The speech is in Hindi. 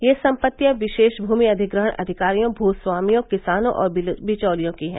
ये सम्पत्तियां विशेष भूमि अधिग्रहण अधिकारियों भू स्वामियों किसानों और बिचौलियों की हैं